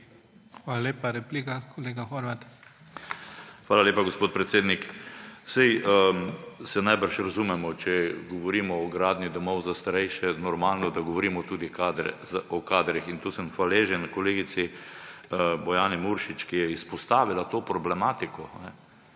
Hvala lepa. Replika, kolega Horvat. **JOŽEF HORVAT (PS NSi):** Hvala lepa, gospod predsednik. Saj se najbrž razumemo, če govorimo o gradnji domov za starejše, normalno, da govorimo tudi o kadrih. Tu sem hvaležen kolegici Bojani Muršič, ki je izpostavila to problematiko.